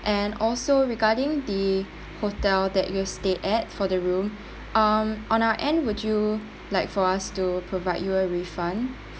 and also regarding the hotel that you stay at for the room um on our end would you like for us to provide you a refund